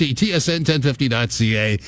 tsn1050.ca